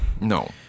no